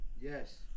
Yes